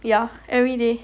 ya everyday